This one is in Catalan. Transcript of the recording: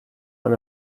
han